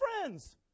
friends